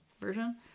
version